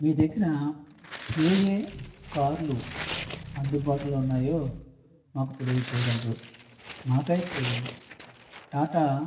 మీ దగ్గర ఏ ఏ కార్లు అందుబాటులో ఉన్నాయో మాకు తెలియజేయగలరు మాకైతే టాటా